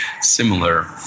similar